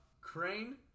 Crane